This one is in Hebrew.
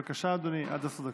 בבקשה, אדוני, עד עשר דקות.